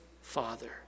father